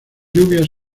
lluvias